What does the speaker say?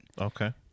Okay